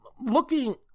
looking